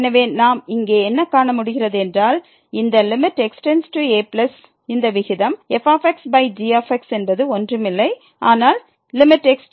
எனவே நாம் இங்கே என்ன காண முடிகிறது என்றால் இந்த x→a இந்த விகிதம் fg என்பது ஒன்றுமில்லை ஆனால் fg ஆகும்